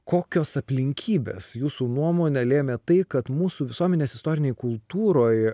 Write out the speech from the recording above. kokios aplinkybės jūsų nuomone lėmė tai kad mūsų visuomenės istorinėj kultūroj